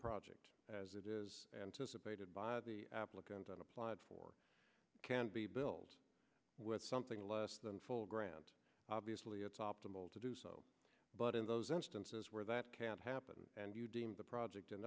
project as it is dissipated by the applicant on applied for can be billed with something less than full grant obviously it's optimal to do so but in those instances where that can't happen and you deem the project